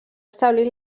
establir